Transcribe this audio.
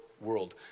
world